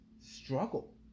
struggle